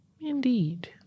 Indeed